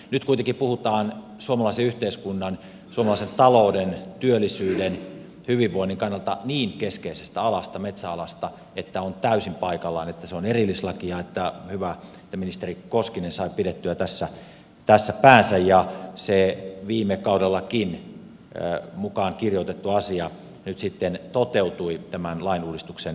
nyt kuitenkin puhutaan suomalaisen yhteiskunnan suomalaisen talouden työllisyyden hyvinvoinnin kannalta niin keskeisestä alasta metsäalasta että on täysin paikallaan että se on erillislaki ja hyvä että ministeri koskinen sai pidettyä tässä päänsä ja se viime kaudellakin mukaan kirjoitettu asia nyt sitten toteutui tämän lainuudistuksen myötä